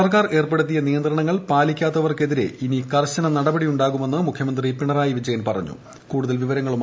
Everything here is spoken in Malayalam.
സർക്കാർ ഏർപ്പെടുത്തിയ നിയന്ത്രണങ്ങൾ പാലിക്കാത്തവർക്ക് എതിരെ കർശന നടപടിയുണ്ടാകുമെന്ന് മുഖ്യമന്ത്രി പിണറായി വിജയൻ പറഞ്ഞു